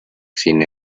sin